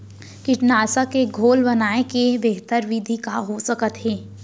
कीटनाशक के घोल बनाए के बेहतर विधि का हो सकत हे?